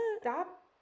stop